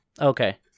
Okay